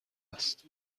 است